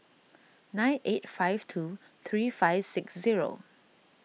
nine eight five two three five six zero